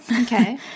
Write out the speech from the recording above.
Okay